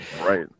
Right